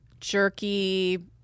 jerky